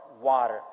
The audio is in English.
water